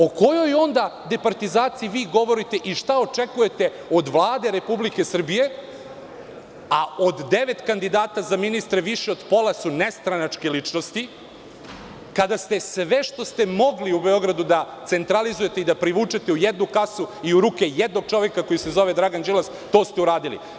O kojoj onda departizaciji vi govorite i šta očekujete od Vlade Republike Srbije, a od devet kandidata za ministre, više pola su nestranačke ličnosti, kada ste sve što ste mogli u Beogradu da centralizujete i da privučete u jednu kasu i u ruke jednog čoveka koji se zove Dragan Đilas, to ste uradili.